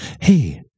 hey